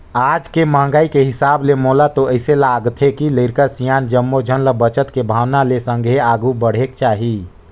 आज के महंगाई के हिसाब ले मोला तो अइसे लागथे के लरिका, सियान जम्मो झन ल बचत के भावना ले संघे आघु बढ़ेक चाही